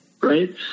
Right